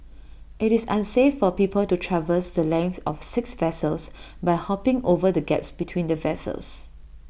IT is unsafe for people to traverse the length of six vessels by hopping over the gaps between the vessels